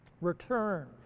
return